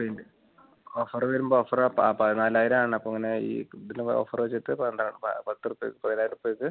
പിന്നെ ഓഫറ് വരുമ്പോൾ ഓഫറ് അപ്പം ആ പതിനാലായിരമാണ് അപ്പോൾ ഇങ്ങനെ ഈ ഇതിൽ ഓഫറ് വെച്ചിട്ട് പന്ത്രണ്ട് പ പത്ത് തൊട്ട് പതിനായിരത്ത് വെച്ച്